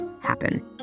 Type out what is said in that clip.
happen